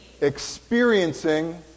experiencing